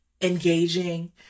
engaging